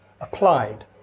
applied